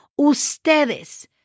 Ustedes